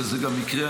וזה גם יקרה,